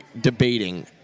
debating